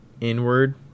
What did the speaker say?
inward